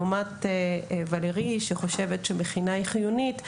להבדיל מואלרי שחושבת שמכינה היא חיונית,